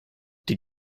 die